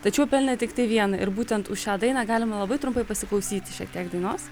tačiau pelnę tiktai vieną ir būtent už šią dainą galima labai trumpai pasiklausyti šiek tiek dainos